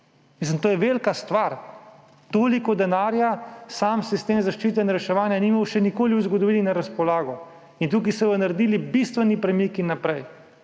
gasilstva. To je velika stvar! Toliko denarja sam sistem zaščite in reševanja ni imel še nikoli v zgodovini na razpolago in tukaj se bodo naredili bistveni premiki naprej.